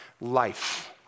Life